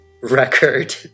record